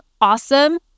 awesome